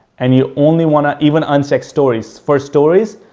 and you only want to, even uncheck stories. for stories,